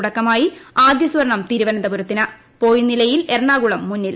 തുടക്കമായി ആദ്യ സ്വർണം തിരുവനന്തപുരത്തിന് പോയിന്റ് നിലയിൽ എറണാകുളം മുന്നിൽ